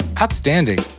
Outstanding